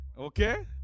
okay